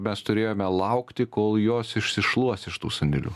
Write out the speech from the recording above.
mes turėjome laukti kol jos išsišluos iš tų sandėlių